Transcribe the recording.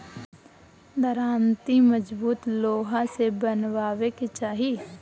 दराँती मजबूत लोहा से बनवावे के चाही